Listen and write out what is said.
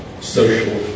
social